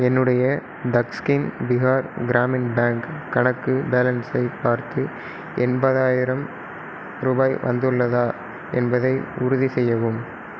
என்னுடைய தக்ஸ்கின் பீகார் கிராமின் பேங்க் கணக்கு பேலன்ஸை பார்த்து எண்பதாயிரம் ரூபாய் வந்துள்ளதா என்பதை உறுதிசெய்யவும்